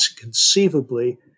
conceivably